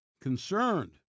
concerned